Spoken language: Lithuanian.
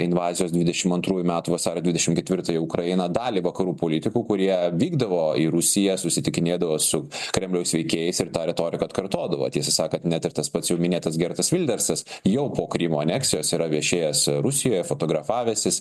invazijos dvidešimt antrųjų metų vasario dvidešimt ketvirtąją ukraina dalį vakarų politikų kurie vykdavo į rusiją susitikinėdavo su kremliaus veikėjais ir tą retoriką atkartodavo tiesą sakant net ir tas pats jau minėtas gertas vildersas jau po krymo aneksijos yra viešėjęs rusijoje fotografavęsis